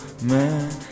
man